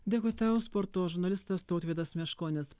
dėkui tau sporto žurnalistas tautvydas meškonis